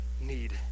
need